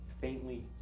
faintly